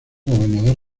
gobernador